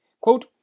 Quote